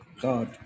God